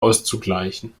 auszugleichen